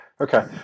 Okay